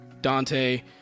Dante